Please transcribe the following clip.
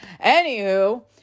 Anywho